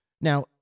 Now